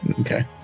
Okay